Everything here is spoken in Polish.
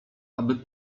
aby